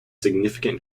significant